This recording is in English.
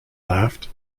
laughed